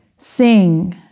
Sing